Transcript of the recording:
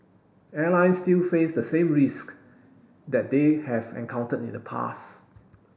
airlines still face the same risk that they have encountered in the past